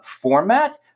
format